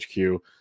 HQ